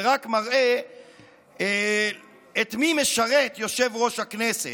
זה רק מראה את מי משרת יושב-ראש הכנסת.